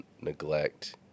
neglect